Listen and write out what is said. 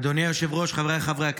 אדוני היושב-ראש, חבריי חברי הכנסת,